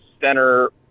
center